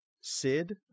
Sid